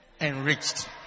enriched